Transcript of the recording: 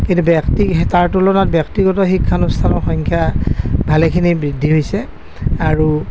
কিন্তু ব্যক্তি তাৰ তুলনাত ব্যক্তিগত শিক্ষানুষ্ঠানৰ সংখ্যা ভালেখিনি বৃদ্ধি হৈছে আৰু